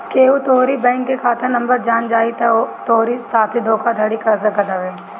केहू तोहरी बैंक के खाता नंबर जान जाई तअ उ तोहरी साथे धोखाधड़ी कर सकत हवे